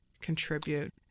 contribute